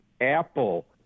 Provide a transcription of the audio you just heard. Apple